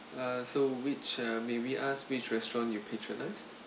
uh so which uh maybe ask which restaurant you patronise